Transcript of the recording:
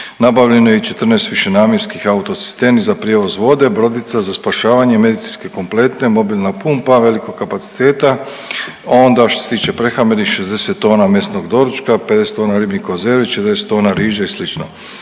nabavljeno je i 14 višenamjenskih autosistema za prijevoz vode, brodica za spašavanje i medicinske…/Govornik se ne razumije/…mobilna pumpa velikog kapaciteta, onda što se tiče prehrambenih 60 tona mesnog doručka, 50 tona ribljih konzervi, 40 tona riže i